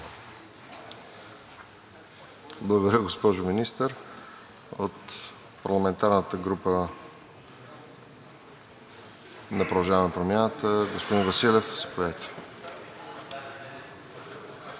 Благодаря, госпожо Министър. От парламентарната група на „Продължаваме Промяната“? Господин Василев, заповядайте.